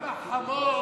גם החמור,